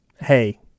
hey